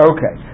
Okay